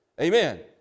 Amen